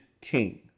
king